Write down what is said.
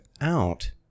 out